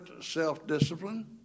self-discipline